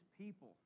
people